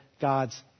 God's